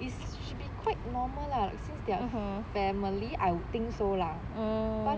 it should be quite normal lah since they are family I would think so lah